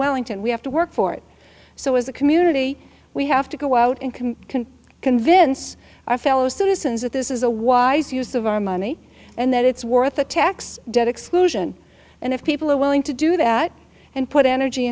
wellington we have to work for it so as a community we have to go out and can convince our fellow citizens that this is a wise use of our money and that it's worth the tax debt exclusion and if people are willing to do that and put energy